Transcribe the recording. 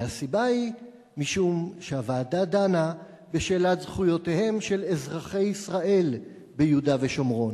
והסיבה היא שהוועדה דנה בשאלת זכויותיהם של אזרחי ישראל ביהודה ושומרון.